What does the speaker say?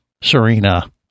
Serena